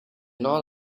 not